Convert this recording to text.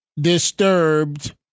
disturbed